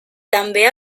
també